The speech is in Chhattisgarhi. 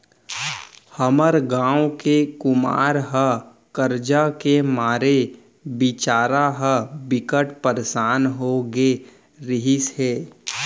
हमर गांव के कुमार ह करजा के मारे बिचारा ह बिकट परसान हो गे रिहिस हे